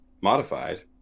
modified